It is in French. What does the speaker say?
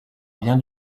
bien